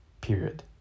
Period